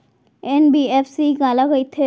NBFC काला कहिथे?